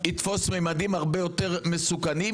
יתפוס ממדים הרבה יותר מסוכנים,